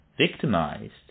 victimized